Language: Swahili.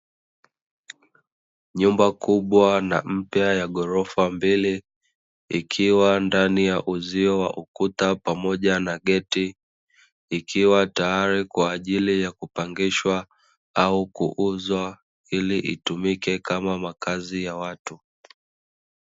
Nyumba kubwa na mpya ya ghorofa mbele, ikiwa ndani ya uzio wa ukuta pamoja na geti, ikiwa tayari kwa ajili ya kupangishwa au kuuzwa ili itumike kama makazi ya watu.